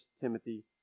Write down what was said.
Timothy